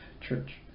Church